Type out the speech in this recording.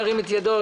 ירים את ידו.